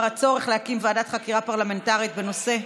הצורך להקים ועדת חקירה פרלמנטרית בנושא,